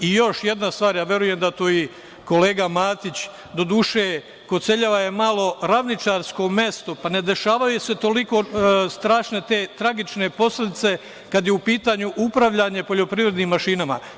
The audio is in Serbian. Još jedna stvar, verujem da tu i kolega Matić, doduše, Koceljeva je malo ravničarsko mesto, pa ne dešavaju se toliko strašne te tragične posledice, kada je u pitanju upravljanje poljoprivrednim mašinama.